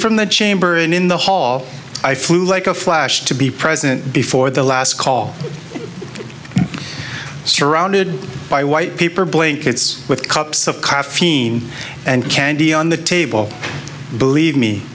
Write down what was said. from the chamber and in the hall i flew like a flash to be present before the last call surrounded by white paper blankets with cups of coffee bean and candy on the table believe me